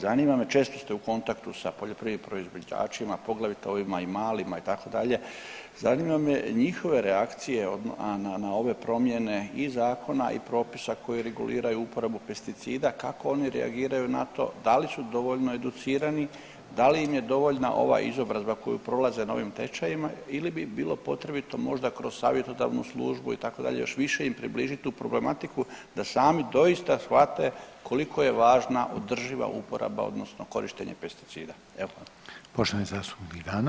Zanima me, često ste u kontaktu sa poljoprivrednim proizvođačima poglavito ovima i malima itd., zanimaju me njihove reakcije na ove promjene i zakona i propisa koji reguliraju uporabu pesticida, kako oni reagiraju na to, da li su dovoljno educirani, da li im je dovoljna ova izobrazba koju prolaze na ovim tečajevima ili bi bilo potrebito možda kroz savjetodavnu službu itd. još više im približiti tu problematiku da sami doista shvate koliko je važna održiva uporaba odnosno korištenje pesticida.